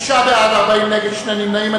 תשעה בעד, 39 נגד, שני נמנעים.